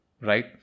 right